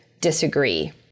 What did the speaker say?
disagree